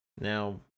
Now